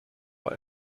bei